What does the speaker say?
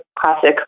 classic